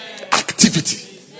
Activity